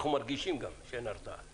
אנחנו גם מרגישים שאין הרתעה.